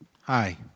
Hi